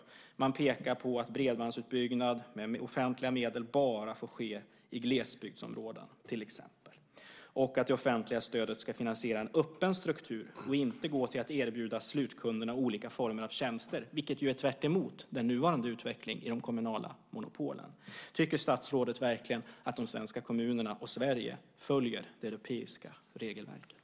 Man pekar till exempel på att bredbandsutbyggnad med offentliga medel bara får ske i glesbygdsområden, och att det offentliga stödet ska finansiera en öppen struktur och inte gå till att erbjuda slutkunderna olika former av tjänster, vilket är tvärtemot den nuvarande utvecklingen i de kommunala monopolen. Tycker statsrådet verkligen att de svenska kommunerna och Sverige följer det europeiska regelverket?